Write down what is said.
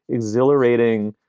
exhilarating